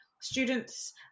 students